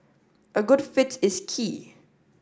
a good fit is key